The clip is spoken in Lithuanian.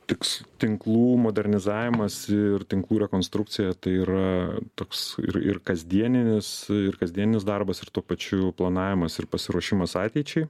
tiks tinklų modernizavimas ir tinklų rekonstrukcija tai yra toks ir ir kasdieninis ir kasdieninis darbas ir tuo pačiu planavimas ir pasiruošimas ateičiai